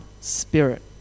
Spirit